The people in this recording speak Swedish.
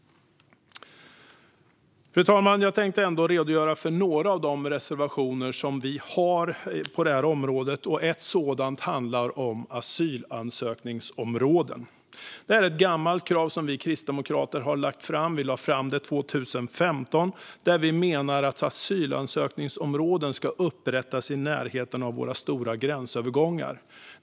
Fru talman! Jag vill ändå redogöra för några av de reservationer som vi har på området. En sådan handlar om asylansökningsområden. Det är ett gammalt krav som vi kristdemokrater lade fram 2015. Vi menar att asylansökningsområden ska upprättas i närheten av våra stora gränsövergångar.